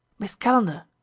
miss calendar!